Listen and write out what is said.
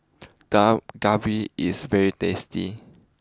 Dak Galbi is very tasty